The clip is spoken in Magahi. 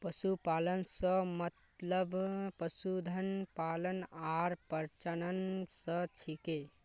पशुपालन स मतलब पशुधन पालन आर प्रजनन स छिके